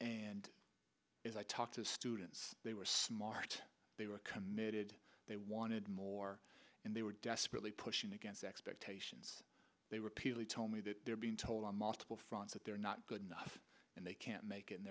and i talked to students they were smart they were committed they wanted more and they were desperately pushing against expectations they repeatedly told me that they're being told on multiple fronts that they're not good enough and they can't make